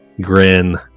grin